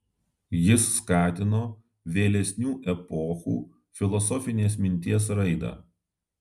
jis skatino vėlesnių epochų filosofinės minties raidą